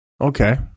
Okay